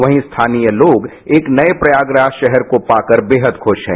वहीं स्थानीय लोग एक नए प्रयागराज शहर को पाकर बेहद खुरा हैं